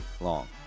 Long